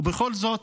ובכל זאת,